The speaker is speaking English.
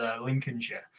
Lincolnshire